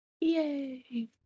Yay